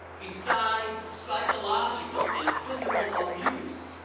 besides psychological and physical abuse,